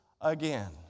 again